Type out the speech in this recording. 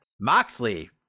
Moxley